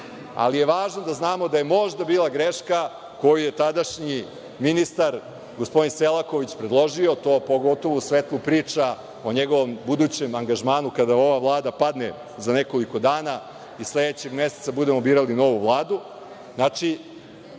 ali je važno da znamo da je možda bila greška koju je tadašnji ministar gospodin Selaković predložio, pogotovo u svetlu priča o njegovom budućem angažmanu, kada ova Vlada padne za nekoliko dana i sledećeg meseca budemo birali novu vladu,